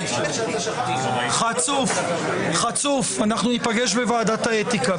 -- לחסום את הדרך למישהו זה אלימות בעיניך?